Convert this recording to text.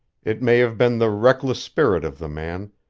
it may have been the reckless spirit of the man,